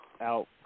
out